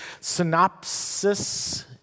Synopsis